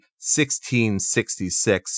1666